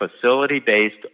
facility-based